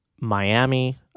Miami